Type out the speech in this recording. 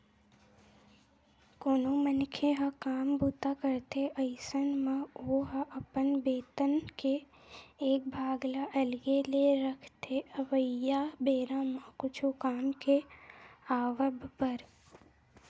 कोनो मनखे ह काम बूता करथे अइसन म ओहा अपन बेतन के एक भाग ल अलगे ले रखथे अवइया बेरा म कुछु काम के आवब बर